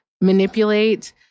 manipulate